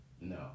No